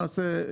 למעשה,